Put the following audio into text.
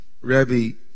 Rebbe